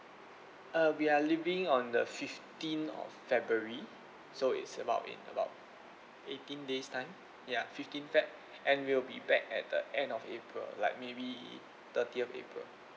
uh we are leaving on the fifteen of february so it's about in about eighteen days time ya fifteen feb and we'll be back at the end of april like maybe thirtieth april